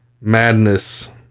madness